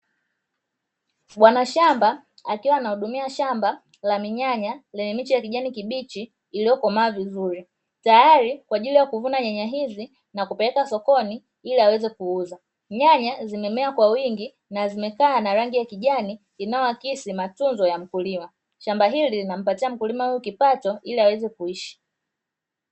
Bwana shamba akiwa anahudumia shamba la minyanya lenye miche ya kijani kibichi iliyokomaa vizuri tayari kwa ajili ya kuvuna nyanya hizi na kupeleka sokoni ili aweze kuuza. Nyanya zimemea kwa wingi na zimekaa na rangi ya kijani inayoakisi matunzo ya mkulima. Shamba hili linampatia mkulima kipato ili aweze kuishi.